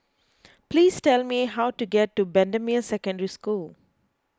please tell me how to get to Bendemeer Secondary School